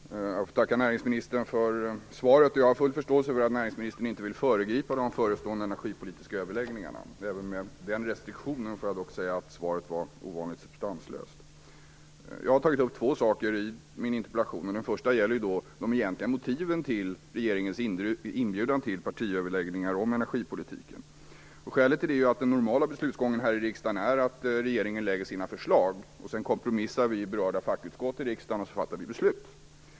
Herr talman! Jag får tacka näringsministern för svaret. Jag har full förståelse för att näringsministern inte vill föregripa de förestående energipolitiska överläggningarna. Även med den restriktionen får jag dock säga att svaret var ovanligt substanslöst. Jag har tagit upp två saker i min interpellation. Det första gäller de egentliga motiven till regeringens inbjudan till partiöverläggningar om energipolitiken. Skälet till det är att den normala beslutsgången här i riksdagen är att regeringen lägger fram sina förslag, sedan kompromissar vi i berörda fackutskott i riksdagen, och därefter fattar vi beslut.